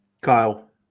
Kyle